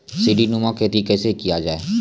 सीडीनुमा खेती कैसे किया जाय?